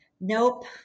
Nope